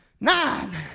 nine